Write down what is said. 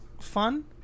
Fun